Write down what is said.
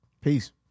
Peace